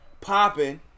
popping